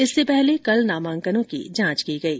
इससे पहले कल नामांकनों की जांच की गयी